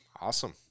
awesome